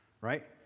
right